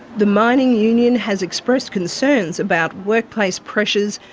the mining union has expressed concerns about workplace pressures,